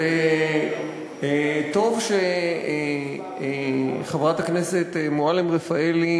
טוב שחברת הכנסת מועלם-רפאלי,